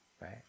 right